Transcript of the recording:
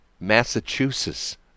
Massachusetts